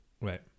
Right